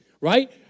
right